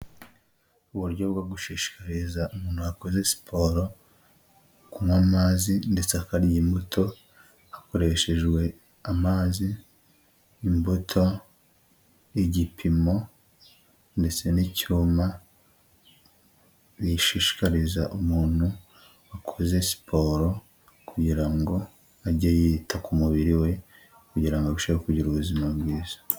Uburyo bwo gushishikariza umuntu wakoze siporo kunywa amazi ndetse akarya imbuto, hakoreshejwe amazi, imbuto, igipimo, ndetse n'icyuma rishishikariza umuntu wakoze siporo kugira ngo ajye yita ku mubiri we kugira ngo arusheho kugira ubuzima bwiza.